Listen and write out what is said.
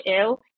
ill